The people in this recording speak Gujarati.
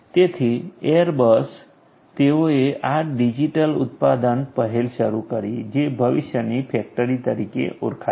તેથી એરબસ તેઓએ આ ડિજિટલ ઉત્પાદન પહેલ શરૂ કરી જે ભવિષ્યની ફેક્ટરી તરીકે ઓળખાય છે